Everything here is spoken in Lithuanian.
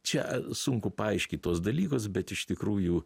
čia sunku paaiškyt tuos dalykus bet iš tikrųjų